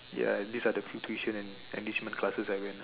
ya this are the few tuition and engagement classes I went lah